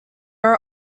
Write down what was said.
are